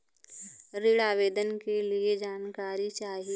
ऋण आवेदन के लिए जानकारी चाही?